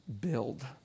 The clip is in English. build